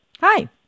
Hi